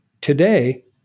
Today